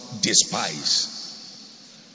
despise